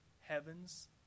heaven's